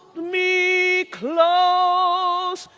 me close,